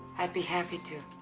i'd be happy to